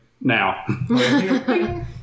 now